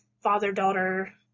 father-daughter